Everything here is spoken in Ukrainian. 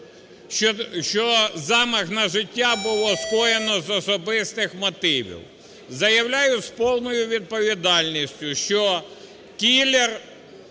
що замах на життя було скоєно з особистих мотивів. Заявляю з повною відповідальністю, що кілер